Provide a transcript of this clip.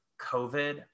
COVID